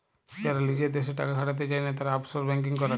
যারা লিজের দ্যাশে টাকা খাটাতে চায়না, তারা অফশোর ব্যাঙ্কিং করেক